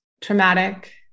traumatic